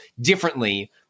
differently